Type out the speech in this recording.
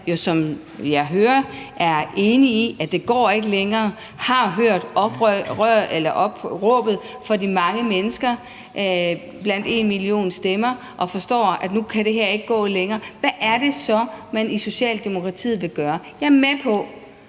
som jeg hører, er enig i, at det ikke går længere, og man har hørt opråbet fra de mange mennesker i #enmillionstemmer og forstår, at nu kan det her ikke gå længere? Hvad er det så, man i Socialdemokratiet vil gøre? Jeg er med på,